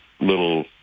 little